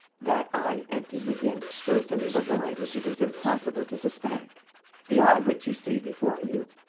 that eye emptied within so as to leave a void which it is impossible to suspect the eye which you see before you.